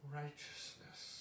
righteousness